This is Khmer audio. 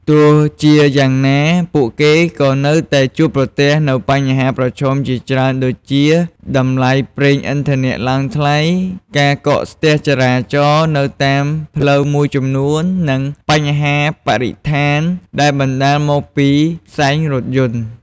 ទោះជាយ៉ាងណា ពួកគេក៏នៅតែជួបប្រទះនូវបញ្ហាប្រឈមជាច្រើនដូចជាតម្លៃប្រេងឥន្ធនៈឡើងថ្លៃ ការកកស្ទះចរាចរណ៍នៅតាមផ្លូវមួយចំនួន និងបញ្ហាបរិស្ថានដែលបណ្តាលមកពីផ្សែងរថយន្ត។